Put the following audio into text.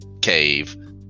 cave